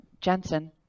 Jensen